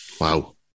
Wow